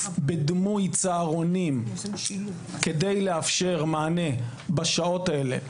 בדמוי צהרונים כדי לאפשר מענה בשעות האלה,